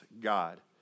God